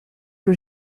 que